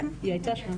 למדיניות.